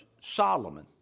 Solomon